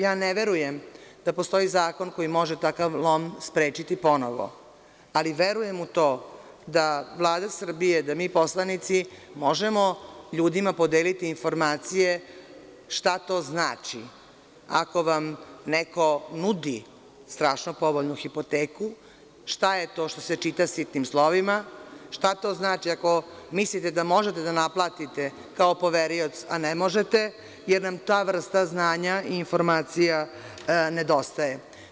Ja ne verujem da postoji zakon koji može takav lom sprečiti ponovo, ali, verujem u to da Vlada Srbije, da mi poslanici možemo ljudima podeliti informacije šta to znači ako vam neko nudi strašno pogodnu hipoteku, šta je to šta se čita sitnim slovima, šta to znači ako mislite da možete da naplatite kao poverioc, a ne možete, jer nam ta vrsta znanja i informacija nedostaje.